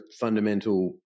fundamental